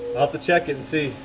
off the check it and see